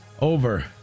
Over